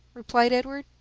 replied edward.